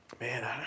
man